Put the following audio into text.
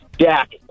Jack